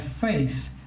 faith